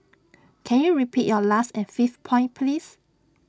can you repeat your last and fifth point please